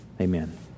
Amen